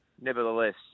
nevertheless